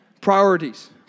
Priorities